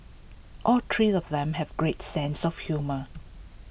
all three of them have great sense of humour